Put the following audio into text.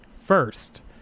First